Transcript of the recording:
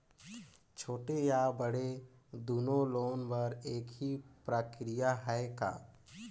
छोटे या बड़े दुनो लोन बर एक ही प्रक्रिया है का?